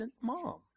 mom